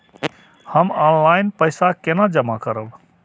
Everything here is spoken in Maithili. हम ऑनलाइन पैसा केना जमा करब?